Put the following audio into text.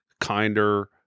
kinder